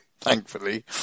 thankfully